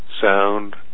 sound